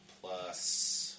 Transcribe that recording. plus